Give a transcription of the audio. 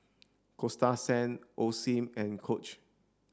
Coasta Sand Osim and Coach